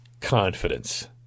confidence